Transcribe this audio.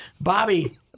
Bobby